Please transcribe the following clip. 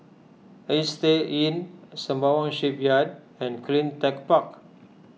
Istay Inn Sembawang Shipyard and CleanTech Park